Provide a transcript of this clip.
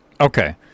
Okay